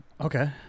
Okay